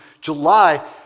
July